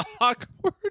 awkward